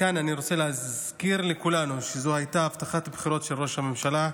כאן אני רוצה להזכיר לכולנו שזאת הייתה הבטחת בחירות של ראש הממשלה.